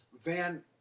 Van